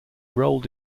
rolled